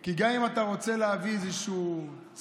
כי גם אם אתה רוצה להביא איזשהו צו,